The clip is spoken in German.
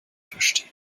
verstehen